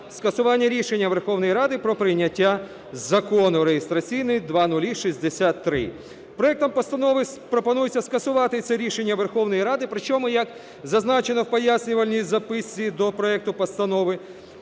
скасування рішення Верховної Ради про прийняття Закону (реєстраційний 0063). Проектом постанови пропонується скасувати це рішення Верховної Ради, причому, як зазначено в пояснювальній записці до проекту постанови,